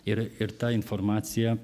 ir ir ta informacija